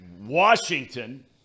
Washington